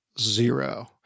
zero